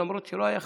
למרות שלא היה חייב.